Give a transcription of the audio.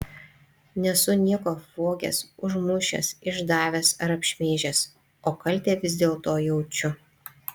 nesu nieko apvogęs užmušęs išdavęs ar apšmeižęs o kaltę vis dėlto jaučiu